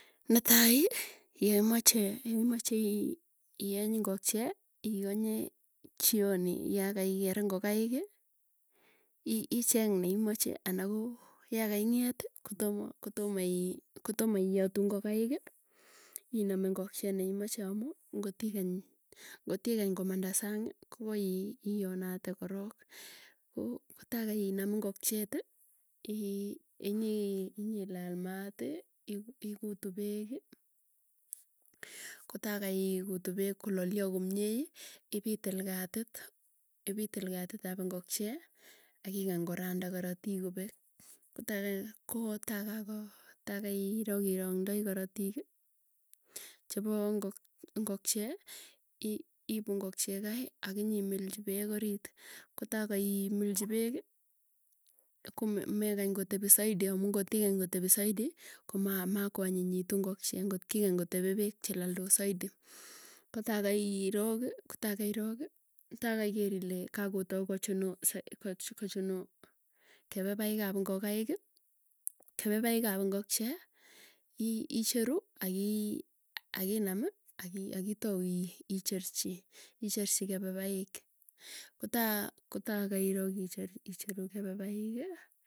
Netai yemache yemacheii ieng ingokchie iganye chioni yakaiker, ingokkai icheng neimache ana koo yakaing'eti kotomo iyatu ngokaiki iname ngokche neimache amuu ngotigany komanda. Sang ko agoi ionate korok ko kotai kainam ngokcheti inyii inyii laal maati ikutu peeki kotaa kaikutu peek kolalyo komiei ipitil katit. Ipitil katit ap ingokchee akigany koranda karatik kopek kotaa kako tai kairok irondoi karatiiki chepoo ngokchee ipuu ngokchee kai akinyimilchi peek orit, kotaa kaimilchi peeki, komegany kotepi zaidi amuu ngotigany kotepi zaidi koma ma kwaninyitu ngokchee ngot kikany kotepee peek chelaldos zaidi. Kotaa kairoki kotaa kairooki tai kaiker ile kakotau kochunu kepepaik ap ngokaiki, kepepaik ap ngokchee icheru akii akinami akitou iicherchi icherchi kepepaik. Kotaa kotaa koiro icheru kepepaiki.